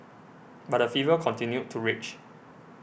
but the fever continued to rage